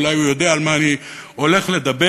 ואולי הוא יודע על מה אני הולך לדבר,